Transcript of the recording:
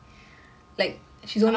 oh how old is she